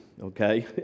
okay